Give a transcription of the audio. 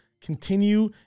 continue